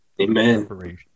Amen